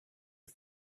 who